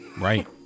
Right